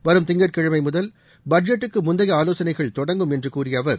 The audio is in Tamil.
வரும் திங்கட்கிழமை முதல் பட்ஜெட்டுக்கு முந்தைய ஆலோசனைகள் தொடங்கும் என்று கூறிய அவர்